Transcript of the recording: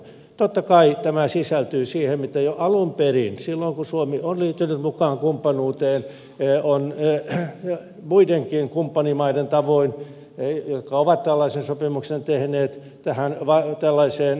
totta kai tämä sisältyy siihen miten jo alun perin silloin kun suomi on liittynyt mukaan kumppanuuteen se on muidenkin kumppanimaiden tavoin jotka ovat tällaisen sopimuksen tehneet tällaiseen mahdollisuuteen varautunut